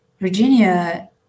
Virginia